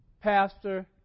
pastor